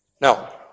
Now